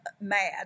mad